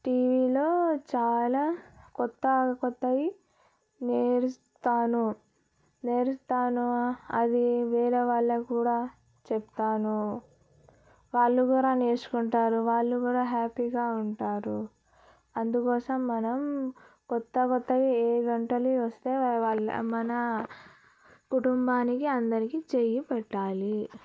టీవీలో చాలా కొత్త కొత్తవి నేరుస్తాను నేరుస్తాను అది వేరే వాళ్లకు కూడా చెప్తాను వాళ్లు కూడా నేర్చుకుంటారు వాళ్ళు కూడా హ్యాపీగా ఉంటారు అందుకోసం మనం కొత్త కొత్తగా ఏ వంటలు వస్తే మన కుటుంబానికి అందరికీ చేసి పెట్టాలి